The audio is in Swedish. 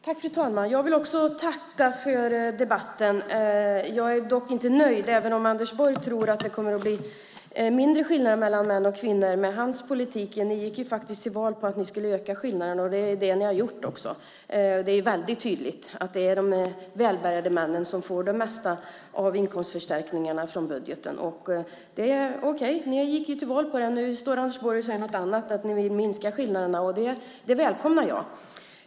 Fru talman! Jag vill också tacka för debatten. Jag är dock inte nöjd, även om Anders Borg tror att det kommer att bli mindre skillnader mellan män och kvinnor med hans politik. Ni gick till val på att ni skulle öka skillnaderna, och det har ni också gjort. Det är mycket tydligt att det är de välbärgade männen som få det mesta av inkomstförstärkningarna i budgeten. Okej, ni gick till val på det. Nu står Anders Borg och säger något annat, nämligen att ni vill minska skillnaderna. Det välkomnar jag.